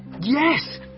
Yes